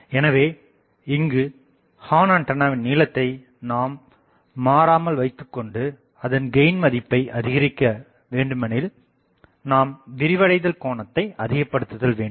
எனவே இங்கு ஹார்ன்ஆண்டனாவின் நீளத்தை நாம் மாறாமல் வைத்துக்கொண்டு அதன் கெயின் மதிப்பை அதிகரிக்க வேண்டுமெனில் நாம் விரிவடைதல் கோணத்தை அதிகபடுத்துதல் வேண்டும்